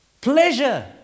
pleasure